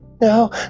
No